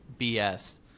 BS